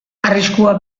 arriskua